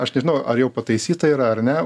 aš nežinau ar jau pataisyta yra ar ne